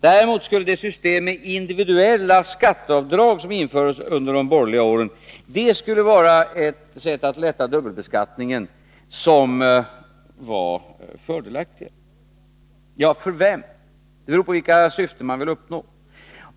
Däremot skulle det system med individuella skatteavdrag som infördes under de borgerliga åren vara ett fördelaktigare sätt att lätta dubbelbeskattningen. Fördelaktigare för vem? Det beror på vilka syften man vill uppnå.